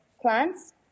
plants